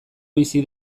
bizi